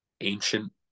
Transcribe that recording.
ancient